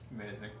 Amazing